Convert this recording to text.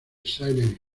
silent